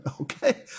okay